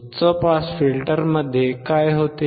उच्च पास फिल्टरमध्ये काय होते